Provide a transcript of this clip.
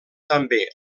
també